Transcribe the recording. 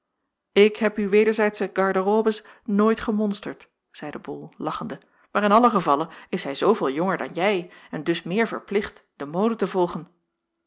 ik heb uw wederzijdsche garde robes nooit gemonsterd zeide bol lachende maar in allen gevalle is zij zooveel jonger dan jij en dus meer verplicht de mode te volgen